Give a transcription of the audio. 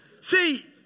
See